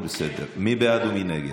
מי בעד ומי נגד?